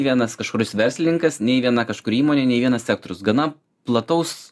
vienas kažkuris verslininkas nei viena kažkuri įmonė nei vienas sektorius gana plataus